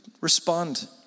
respond